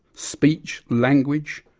speech language,